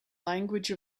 language